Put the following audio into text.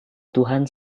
tuhan